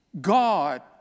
God